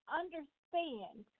understand